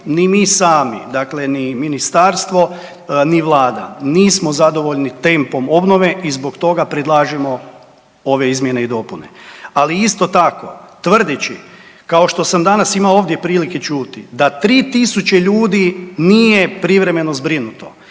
ni mi sami, dakle ni Ministarstvo ni Vlada nismo zadovoljni tempom obnove i zbog toga predlažemo ove izmjene i dopune. Ali, isto tako, tvrdeći, kao što sam danas imao ovdje prilike čuti da 3 000 ljudi nije privremeno zbrinuto,